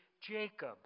Jacob